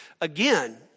Again